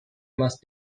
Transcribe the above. must